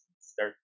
start